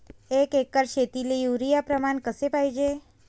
एक एकर शेतीले युरिया प्रमान कसे पाहिजे?